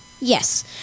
Yes